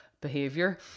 behavior